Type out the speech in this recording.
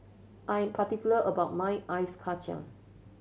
I am particular about my Ice Kachang